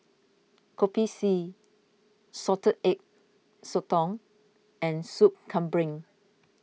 Kopi C Salted Egg Sotong and Sop Kambing